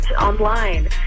online